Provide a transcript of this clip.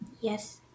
Yes